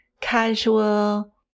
casual